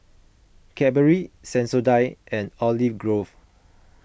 Cadbury Sensodyne and Olive Grove